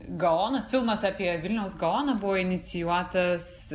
gaono filmas apie vilniaus gaoną buvo inicijuotas